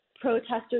protesters